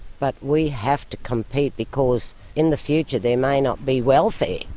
but we have to compete, because in the future there may not be welfare.